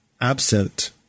absent